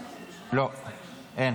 לא, אין.